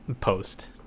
post